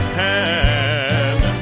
hand